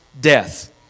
death